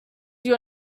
your